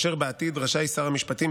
ובעתיד רשאי שר המשפטים,